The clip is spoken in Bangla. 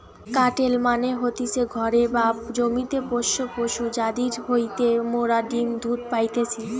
কাটেল মানে হতিছে ঘরে বা জমিতে পোষ্য পশু যাদির হইতে মোরা ডিম্ দুধ পাইতেছি